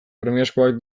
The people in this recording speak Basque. premiazkoak